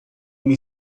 uma